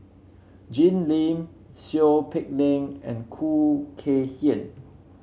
Jim Lim Seow Peck Leng and Khoo Kay Hian